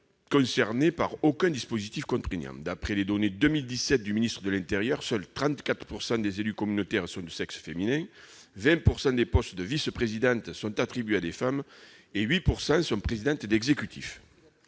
concernées par aucun dispositif contraignant. D'après les données 2017 du ministère de l'intérieur, seulement 34 % des élus communautaires sont de sexe féminin. Par ailleurs, 20 % des postes de vice-président sont attribués à des femmes et 8 % sont présidentes d'exécutif.